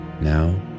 Now